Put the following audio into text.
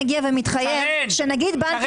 מגיע ומתחייב שנגיד בנק ישראל,